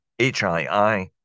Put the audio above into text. HII